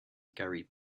gary